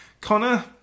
Connor